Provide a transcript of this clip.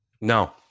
No